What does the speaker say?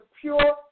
pure